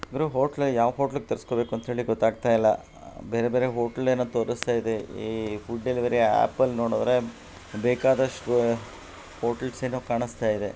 ಗುರು hotel ಯಾವ hotel ತರಿಸ್ಕೋಬೇಕು ಅಂಥೇಳಿ ಗೊತ್ತಾಗ್ತಾ ಇಲ್ಲ ಬೇರೆ ಬೇರೆ ಹೋಟ್ಲೆನೋ ತೋರಿಸ್ತಾಯಿದೆ ಈ ಫುಡ್ ಡೆಲಿವರಿ ಆ್ಯಪಲ್ಲಿ ನೋಡಿದ್ರೆ ಬೇಕಾದಷ್ಟು ಹೋಟೆಲ್ಸ್ ಏನೋ ಕಾಣಿಸ್ತಾಯಿದೆ